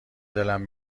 دلم